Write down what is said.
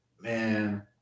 Man